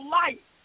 life